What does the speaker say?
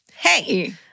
Hey